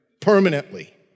permanently